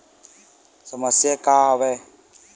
समस्या का आवे?